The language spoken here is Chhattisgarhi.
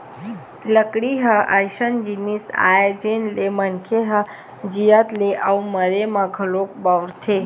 लकड़ी ह अइसन जिनिस आय जेन ल मनखे ह जियत ले अउ मरे म घलोक बउरथे